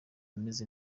ameze